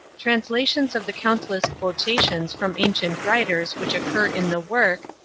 translations of the countless quotations from ancient writers which occur in the work,